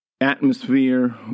atmosphere